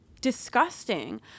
disgusting